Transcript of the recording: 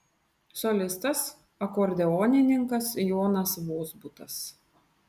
solistas akordeonininkas jonas vozbutas